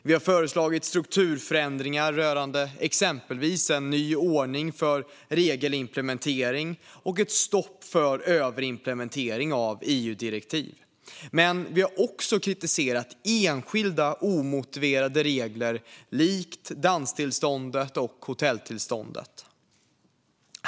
Vi har föreslagit strukturförändringar rörande exempelvis en ny ordning för regelimplementering och ett stopp för överimplementering av EU-direktiv. Men vi har också kritiserat enskilda omotiverade regler likt danstillståndet och hotelltillståndet.